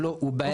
הוא בעייתי,